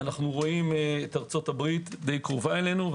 אנו רואים את ארצות הברית די קרובה אלינו,